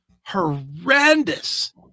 horrendous